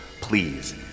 Please